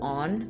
on